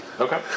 Okay